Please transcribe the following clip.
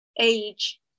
age